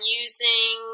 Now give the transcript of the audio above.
using